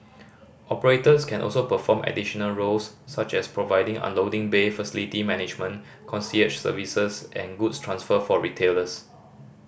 operators can also perform additional roles such as providing unloading bay facility management concierge services and goods transfer for retailers